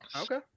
Okay